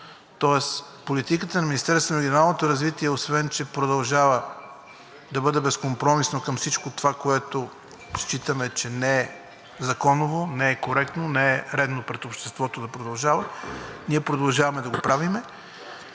Тоест политиката на Министерството на регионалното развитие, освен че продължава да бъде безкомпромисна към всичко това, което считаме, че е законово, не е коректно, не е редно пред обществото да продължава, ние продължаваме да го правим.